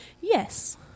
yes